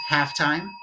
Halftime